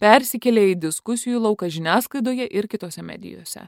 persikėlė į diskusijų lauką žiniasklaidoje ir kitose medijose